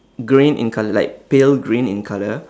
green in colour like pale green in colour